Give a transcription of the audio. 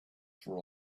for